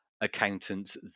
accountants